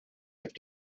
have